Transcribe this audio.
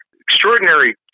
extraordinary